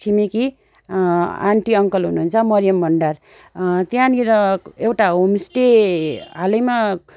छिमेकी aunty uncle हुनुहुन्छ मरियम भण्डार त्यहाँनिर एउटा होमस्टे हालैमा